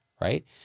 right